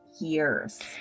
years